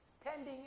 standing